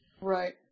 Right